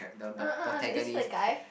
uh uh uh is it the guy